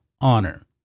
Honor